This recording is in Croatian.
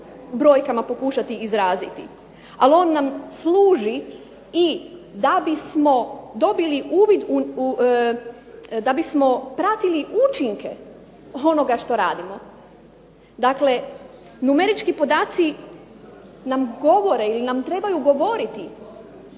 brojkama pokušati izraziti. Ali on nam služi da bismo pratili učinke onoga što radimo. Dakle, numerički podaci nam govore ili nam trebaju govoriti